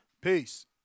Peace